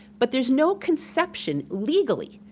but there's no conception, legally.